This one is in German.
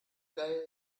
geier